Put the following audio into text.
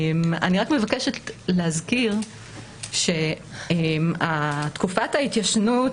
אני רק מבקשת להזכיר שתקופת ההתיישנות